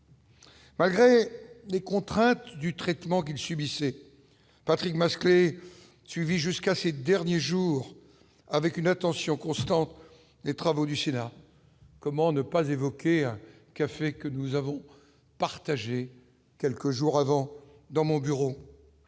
Malgré les contraintes du traitement qu'il subissait Patrick Masclet suivie jusqu'à ces derniers jours avec une attention constante, les travaux du Sénat, comment ne pas évoquer un café que nous avons partagé quelques jours avant dans mon bureau